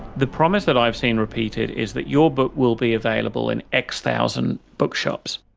the promise that i've seen repeated is that your book will be available in x-thousand bookshops.